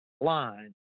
line